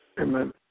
Amen